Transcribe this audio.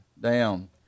down